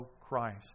Christ